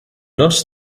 notice